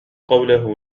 قوله